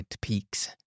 peaks